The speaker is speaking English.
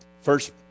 First